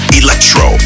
electro